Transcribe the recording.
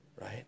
right